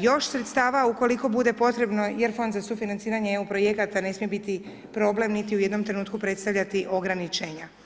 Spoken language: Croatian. još sredstava ukoliko bude potrebno jer Fond za sufinanciranje EU projekata ne smije biti problem niti u jednom trenutku predstavljati ograničenja.